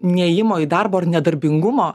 ne ėjimo į darbą ar nedarbingumo